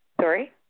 Sorry